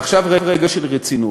ועכשיו רגע של רצינות.